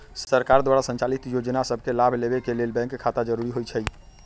सरकार द्वारा संचालित जोजना सभके लाभ लेबेके के लेल बैंक खता जरूरी होइ छइ